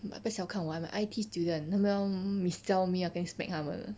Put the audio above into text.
but 不要小看我 I'm I_T student 他们要 mis-sell me 跟你 smack 他们